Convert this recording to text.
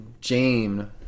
Jane